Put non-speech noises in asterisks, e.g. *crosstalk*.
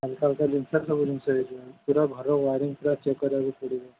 ଅଲଗା ଅଲଗା *unintelligible* ପୁରା ଘର ୱାୟାରିଂ ପୁରା ଚେକ୍ କରିବାକୁ ପଡ଼ିବ